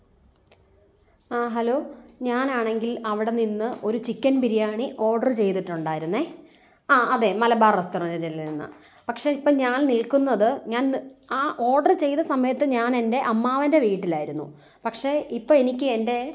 ആ ഹലോ ഞാനാണങ്കിൽ അവടെ നിന്ന് ഒരു ചിക്കൻ ബിരിയാണി ഓഡർ ചെയ്തിട്ടുണ്ടാരുന്നു ആ അതെ മലബാർ റെസ്റ്റോറൻറ്റിൽന്ന് നിന്ന് പക്ഷേ ഇപ്പം ഞാൻ നിൽക്കുന്നത് ഞാൻ ആ ഓർഡറ് ചെയ്ത സമയത്ത് ഞാനെൻ്റെ അമ്മാവൻ്റെ വീട്ടിലാരുന്നു പക്ഷേ ഇപ്പം എനിക്കെൻ്റെ